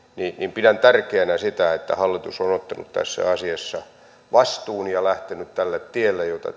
pidän tärkeänä sitä että hallitus on on ottanut tässä asiassa vastuun ja lähtenyt tälle tielle jota